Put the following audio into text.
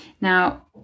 Now